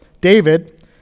David